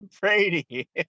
Brady